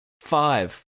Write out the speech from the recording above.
five